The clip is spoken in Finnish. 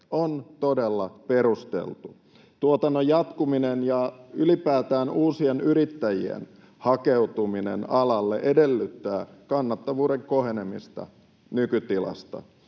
on todella perusteltu. Tuotannon jatkuminen ja ylipäätään uusien yrittäjien hakeutuminen alalle edellyttää kannattavuuden kohenemista nykytilasta.